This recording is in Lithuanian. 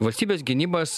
valstybės gynimas